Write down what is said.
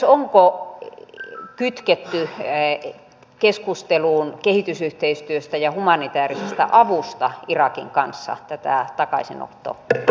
onko kytketty keskusteluun kehitysyhteistyöstä ja humanitäärisestä avusta irakin kanssa tätä takaisinottosopimusneuvottelua